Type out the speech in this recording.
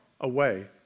away